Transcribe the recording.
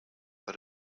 but